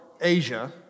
Asia